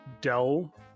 Dell